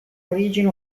origine